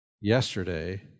yesterday